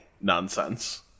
nonsense